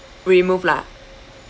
remove lah